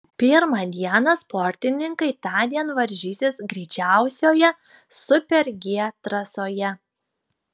pirmą dieną sportininkai tądien varžysis greičiausioje super g trasoje